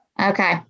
Okay